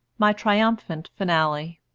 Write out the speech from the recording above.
my triumphant finale